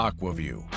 Aquaview